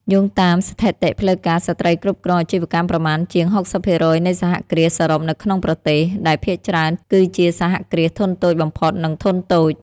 យោងតាមស្ថិតិផ្លូវការ ស្ត្រីគ្រប់គ្រងអាជីវកម្មប្រមាណជាង ៦០% នៃសហគ្រាសសរុបនៅក្នុងប្រទេស ដែលភាគច្រើនគឺជាសហគ្រាសធុនតូចបំផុត និងធុនតូច។